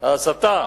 ההסתה